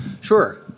Sure